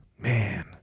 man